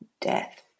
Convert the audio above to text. death